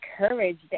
encouraged